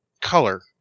Color